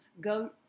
go